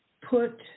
put